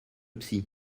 psy